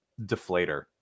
deflator